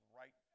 right